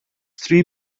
three